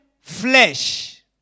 flesh